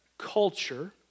culture